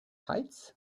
heights